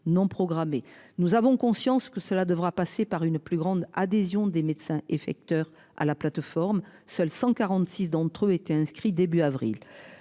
Nous avons conscience que cela devra passer par une plus grande adhésion des médecins effecteur à la plateforme, seules 146 d'entre eux étaient inscrits début avril